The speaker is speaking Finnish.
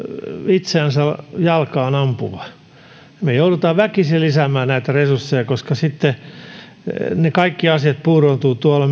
itseään jalkaan ampuva me joudumme väkisin lisäämään näitä resursseja koska kaikki asiat puuroutuvat tuolla